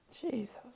jesus